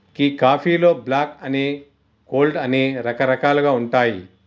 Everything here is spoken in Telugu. గీ కాఫీలో బ్లాక్ అని, కోల్డ్ అని రకరకాలుగా ఉంటాయి